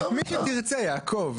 מי שתרצה, יעקב.